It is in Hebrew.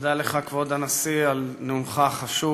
תודה לך, כבוד הנשיא, על נאומך החשוב,